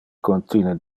contine